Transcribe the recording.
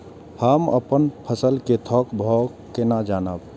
हम अपन फसल कै थौक भाव केना जानब?